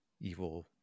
evil